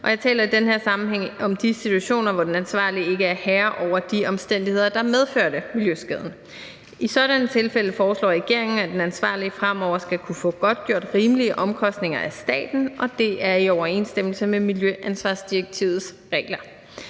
Jeg taler i den her sammenhæng om de situationer, hvor den ansvarlige ikke er herre over de omstændigheder, der medførte miljøskaden. I sådanne tilfælde foreslår regeringen, at den ansvarlige fremover skal kunne få godtgjort rimelige omkostninger af staten, og det er i overensstemmelse med miljøansvarsdirektivets regler.